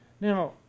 Now